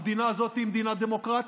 המדינה הזאת היא מדינה דמוקרטית,